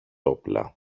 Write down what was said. όπλα